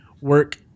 work